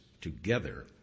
together